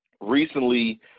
Recently